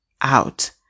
out